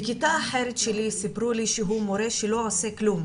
בכיתה אחרת שלי סיפרו לי שהוא מורה שלא עושה כלום,